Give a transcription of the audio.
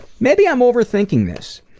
maybe i'm over-thinking this.